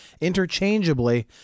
interchangeably